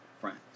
friends